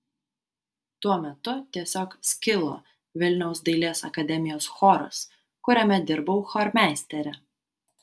tuo metu tiesiog skilo vilniaus dailės akademijos choras kuriame dirbau chormeistere